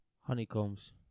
Honeycombs